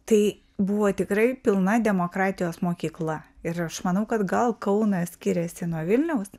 tai buvo tikrai pilna demokratijos mokykla ir aš manau kad gal kaunas skiriasi nuo vilniaus